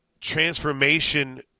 Transformation